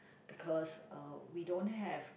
because uh we don't have